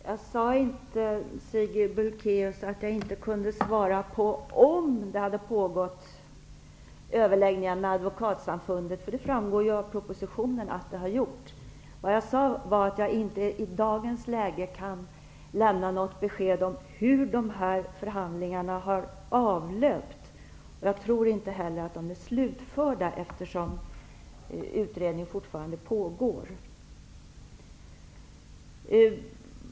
Herr talman! Jag sade inte, Sigrid Bolkéus, att jag inte kunde svara på om det hade pågått överläggningar med Advokatsamfundet. Det framgår av propositionen att så har skett. Vad jag sade var att jag inte i dagens läge kan lämna något besked om hur dessa förhandlingar har avlöpt. Jag tror heller inte att de är slutförda, eftersom utredningen fortfarande pågår.